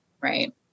right